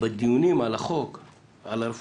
בדיונים על הרפורמה